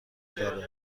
داره